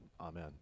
Amen